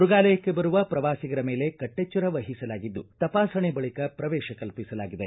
ಮೃಗಾಲಯಕ್ಕೆ ಬರುವ ಪ್ರವಾಸಿಗರ ಮೇಲೆ ಕಟ್ಟೆಚ್ವರ ವಹಿಸಲಾಗಿದ್ದು ತಪಾಸಣೆ ಬಳಿಕ ಪ್ರವೇಶ ಕಲ್ಪಿಸಲಾಗಿದೆ